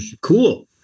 Cool